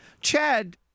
Chad